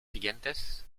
siguientes